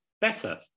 better